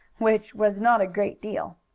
which was not a great deal.